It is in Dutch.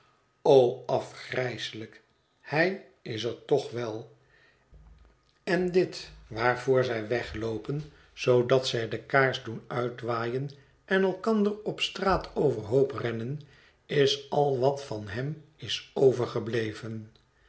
o afgrijselijk hij is er toch wel en dit waarvoor zij wegloopen zoodat zij de kaars doen uitwaaien en elkander op straat overhoop rennen is al wat van hem is overgebleven